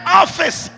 office